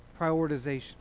prioritization